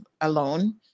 alone